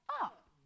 up